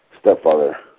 stepfather